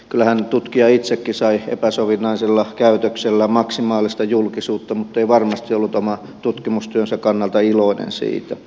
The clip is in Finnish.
kyllähän tutkija itsekin sai epäsovinnaisella käytöksellään maksimaalista julkisuutta mutta ei varmasti ollut oman tutkimustyönsä kannalta iloinen siitä